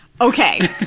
Okay